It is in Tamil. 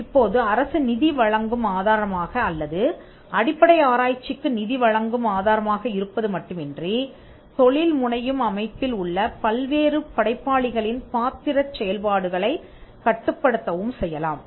இப்போது அரசு நிதி வழங்கும் ஆதாரமாக அல்லது அடிப்படை ஆராய்ச்சிக்கு நிதி வழங்கும் ஆதாரமாக இருப்பது மட்டுமன்றி தொழில்முனையும் அமைப்பில் உள்ள பல்வேறு படைப்பாளிகளின் பாத்திரச் செயல்பாடுகளைக் கட்டுப்படுத்தவும் செய்யலாம்